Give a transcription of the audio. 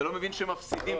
שהם מפסידים,